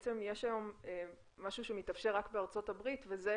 שבעצם יש היום משהו שמתאפשר רק בארצות הברית, וזה